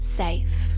safe